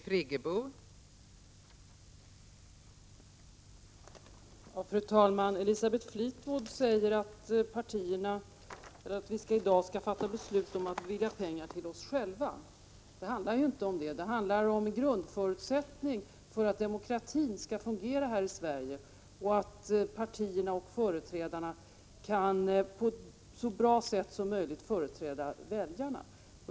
Fru talman! Elisabeth Fleetwood säger att vi i dag skall fatta beslut om att bevilja pengar till oss själva. Det handlar inte om det. Det handlar om en grundförutsättning för att demokratin skall fungera här i Sverige och för att partierna och partiernas företrädare på ett så bra sätt som möjligt skall kunna företräda väljarna.